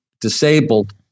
Disabled